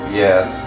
yes